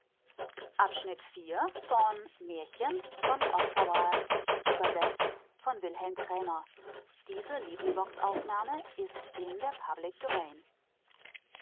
es ist in der